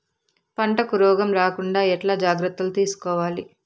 పంటకు రోగం రాకుండా ఎట్లా జాగ్రత్తలు తీసుకోవాలి?